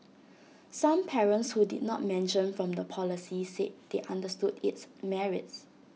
some parents who did not mention from the policy said they understood its merits